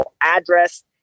address